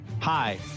hi